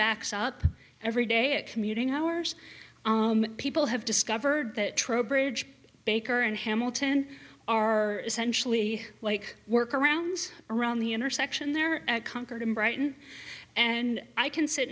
backs up every day it commuting hours people have discovered that trowbridge baker and hamilton are essentially like work arounds around the intersection they're at concord in brighton and i can sit